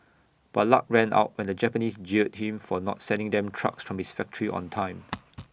but luck ran out when the Japanese jailed him for not sending them trucks from his factory on time